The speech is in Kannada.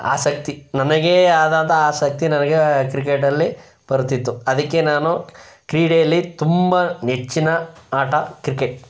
ಆಸಕ್ತಿ ನನಗೆ ಆದಂತಹ ಆಸಕ್ತಿ ನನಗೆ ಕ್ರಿಕೆಟಲ್ಲಿ ಬರ್ತಿತ್ತು ಅದಕ್ಕೆ ನಾನು ಕ್ರೀಡೆಯಲ್ಲಿ ತುಂಬ ನೆಚ್ಚಿನ ಆಟ ಕ್ರಿಕೆಟ್